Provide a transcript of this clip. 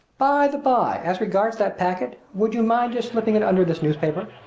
by the by, as regards that packet would you mind just slipping it under this newspaper?